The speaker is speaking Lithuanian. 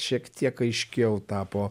šiek tiek aiškiau tapo